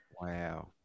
Wow